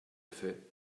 fait